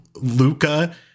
luca